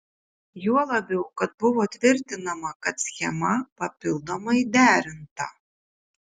juo labiau kad buvo tvirtinama kad schema papildomai derinta